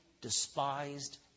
despised